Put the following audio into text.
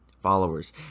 followers